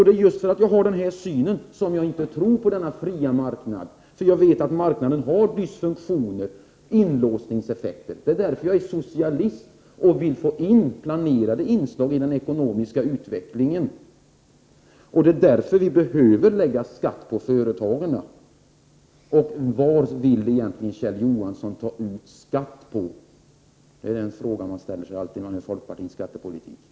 Det är just därför att jag har den synen som jag inte tror på denna fria marknad. Jag vet att marknaden har dysfunktioner, inlåsningseffekter. Det är därför jag är socialist och vill få in planerade inslag i den ekonomiska utvecklingen. Det är därför jag anser att vi behöver lägga skatt på företagen. Vad vill ni egentligen, Kjell Johansson, lägga skatt på? Det är den fråga man alltid ställer sig om folkpartiets skattepolitik.